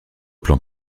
plan